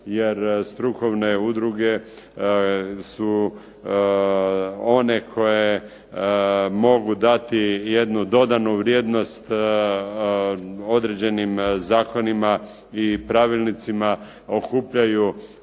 jer strukovne udruge su one koje mogu dati jednu dodanu vrijednost određenim zakonima i pravilnicima, okupljaju